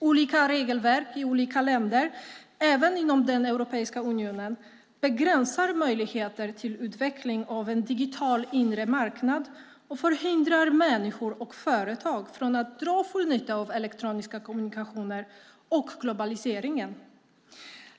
Olika regelverk i olika länder, även inom den europeiska unionen, begränsar möjligheter till utveckling av en digital inre marknad och förhindrar människor och företag från att dra full nytta av elektroniska kommunikationer och globaliseringen.